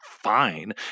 fine